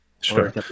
Sure